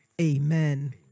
Amen